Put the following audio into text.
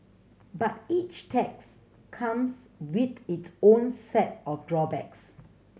but each tax comes with its own set of drawbacks